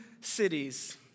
cities